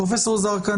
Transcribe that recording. פרופ' זרקא,